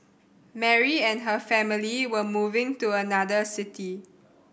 Mary and her family were moving to another city